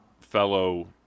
fellow